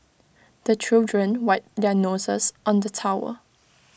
the children wipe their noses on the towel